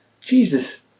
Jesus